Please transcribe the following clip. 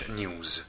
news